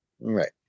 Right